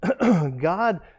God